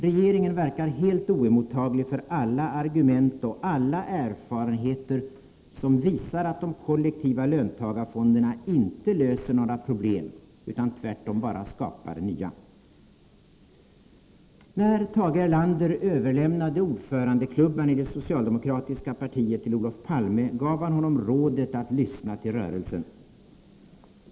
Regeringen verkar helt oemottaglig för alla argument och alla erfarenheter som visar att de kollektiva löntagarfonderna inte löser några problem utan tvärtom bara skapar nya. När Tage Erlander överlämnade ordförandeklubban i det socialdemokratiska partiet till Olof Palme gav han honom rådet att lyssna till rörelsen.